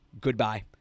goodbye